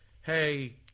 hey –